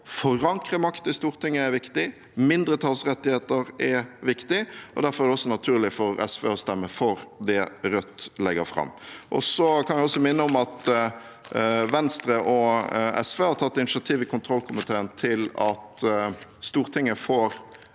forankre makt i Stortinget er viktig, mindretallsrettigheter er viktig, og derfor er det også naturlig for SV å stemme for det Rødt legger fram. Jeg kan også minne om at Venstre og SV har tatt initiativ i kontrollkomiteen til at Stortinget får